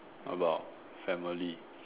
about family